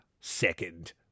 second